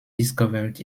discovered